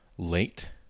Late